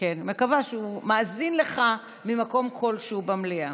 אני מקווה שהוא מאזין לך ממקום כלשהו במליאה.